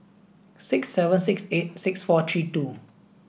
six seven six eight six four three two